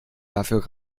dafür